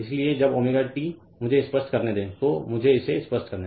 इसलिए जब ω t मुझे इसे स्पष्ट करने दे तो मुझे इसे स्पष्ट करने दें